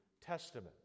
Testament